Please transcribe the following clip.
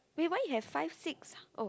eh why you have five six oh